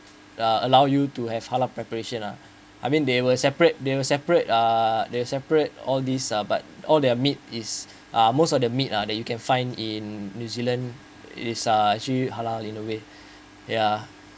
uh allow you to have halal preparation lah I mean they will separate they will separate uh they will separate all these uh but all their meat is uh most of the meat uh that you can find in new zealand is uh actually halal in a way ya